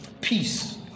Peace